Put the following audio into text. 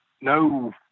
no